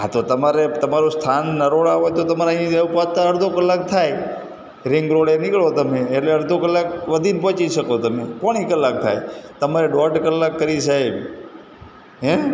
હા તો તમારે તમારું સ્થાન નરોડા હોય તો તમારે અહીં પહોંચતા અડધો કલાક થાય રીંગ રોડે નીકળો તમે એટલે અડધો કલાક વધીને પહોંચી શકો તમે પોણી કલાક થાય તમારે દોઢ કલાક કરી સાહેબ હેં